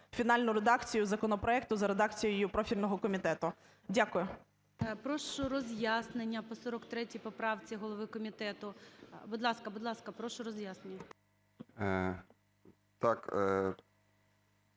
фінальну редакцію законопроекту, за редакцією профільного комітету. Дякую. ГОЛОВУЮЧИЙ. Прошу роз'яснення по 43 поправці голови комітету. Будь ласка, будь ласка, прошу роз'яснення.